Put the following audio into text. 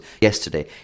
yesterday